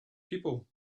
people